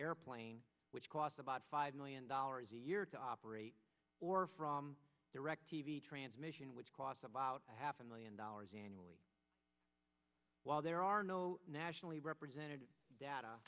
airplane which costs about five million dollars a year to operate or from direct t v transmission which costs about half a million dollars annually while there are no nationally representative data